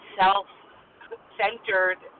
self-centered